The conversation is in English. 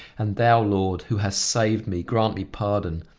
and thou, lord, who hast saved me, grant me pardon.